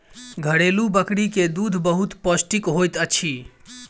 घरेलु बकरी के दूध बहुत पौष्टिक होइत अछि